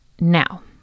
Now